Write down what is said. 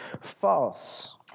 false